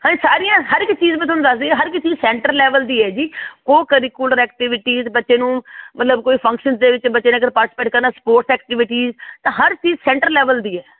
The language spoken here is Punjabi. ਹਾਂਜੀ ਸਾਰੀਆਂ ਹਰ ਇੱਕ ਚੀਜ਼ ਮੈਂ ਤੁਹਾਨੂੰ ਦੱਸਦੀ ਹਾਂ ਹਰ ਇੱਕ ਚੀਜ਼ ਸੈਂਟਰ ਲੈਵਲ ਦੀ ਹੈ ਜੀ ਉਹ ਕਰੀਕੁਲਰ ਐਕਟੀਵਿਟੀਜ਼ ਬੱਚੇ ਨੂੰ ਮਤਲਬ ਕੋਈ ਫੰਕਸ਼ਨਜ਼ ਦੇ ਵਿੱਚ ਬੱਚੇ ਨੇ ਅਗਰ ਪਾਰਟੀਸਪੇਟ ਕਰਨਾ ਸਪੋਰਟ ਐਕਟੀਵਿਟੀ ਤਾਂ ਹਰ ਚੀਜ਼ ਸੈਂਟਰ ਲੈਵਲ ਦੀ ਹੈ